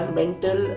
mental